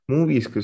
Movies